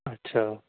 اچھا